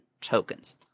tokens